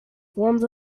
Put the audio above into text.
forms